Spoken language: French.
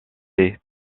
est